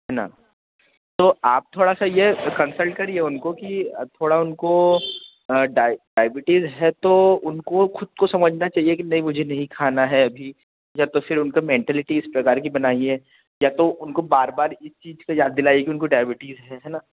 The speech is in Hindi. है ना तो आप थोड़ा सा ये कंसल्ट करिए उनको कि अब थोड़ा उनको डायबटीज़ है तो उनको ख़ुद को समझना चाहिए कि नहीं मुझे नहीं खाना है अभी या तो फिर उनको मेंटालिटी इस प्रकार कि बनाइए या तो उनको बार बार इस चीज़ की याद दिलाइए कि उनको डायबटीज़ है है ना